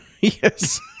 yes